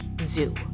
Zoo